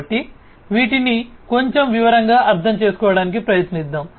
కాబట్టి వీటిని కొంచెం వివరంగా అర్థం చేసుకోవడానికి ప్రయత్నిద్దాం